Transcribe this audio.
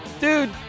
dude